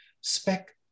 spec